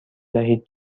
دهید